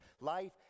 Life